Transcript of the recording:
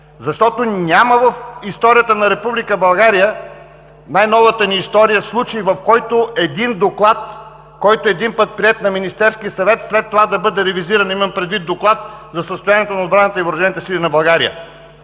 Защото няма в историята на Република България – най-новата ни история, случай, в който един доклад, който един път приет на Министерския съвет, след това да бъде ревизиран. Имам предвид Доклада за състоянието на отбраната и Въоръжените сили на България.